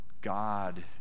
God